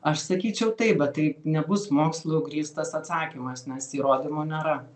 aš sakyčiau taip bet tai nebus mokslu grįstas atsakymas nes įrodymo nėra